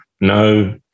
no